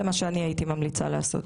זה מה שהייתי ממליצה לעשות.